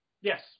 Yes